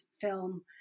film